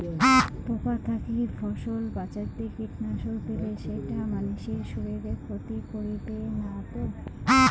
পোকার থাকি ফসল বাঁচাইতে কীটনাশক দিলে সেইটা মানসির শারীরিক ক্ষতি করিবে না তো?